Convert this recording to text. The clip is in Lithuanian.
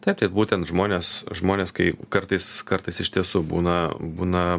taip tai būtent žmonės žmonės kai kartais kartais iš tiesų būna būna